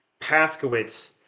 Paskowitz